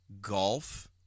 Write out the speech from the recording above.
golf